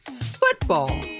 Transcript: Football